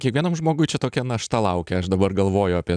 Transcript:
kiekvienam žmogui čia tokia našta laukia aš dabar galvoju apie